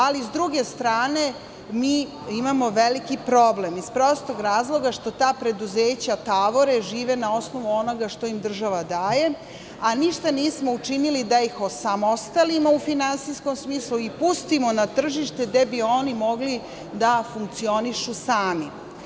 Ali, s druge strane mi imamo veliki problem, iz prostog razloga što ta preduzeća tavore, žive na osnovu onoga što im država daje, a ništa nismo učinili da ih osamostalimo u finansijskom smislu, i pustimo na tržište gde bi oni mogli da funkcionišu sami.